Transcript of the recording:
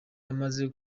amaze